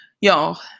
Y'all